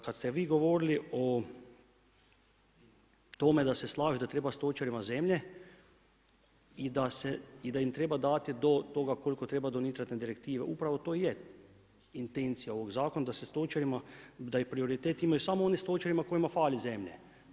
Kada ste vi govorili o tome da se slažete da treba stočarima zemlje i da im treba dati do toga koliko treba do NItratne direktive, upravo to je intencija ovog zakona da se stočarima da prioritet imaju samo oni stočari kojima fali zemlje.